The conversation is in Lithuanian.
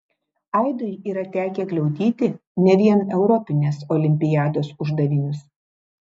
aidui yra tekę gliaudyti ne vien europinės olimpiados uždavinius